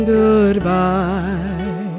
goodbye